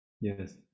Yes